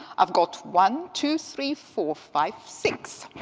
i've got one, two, three, four, five, six.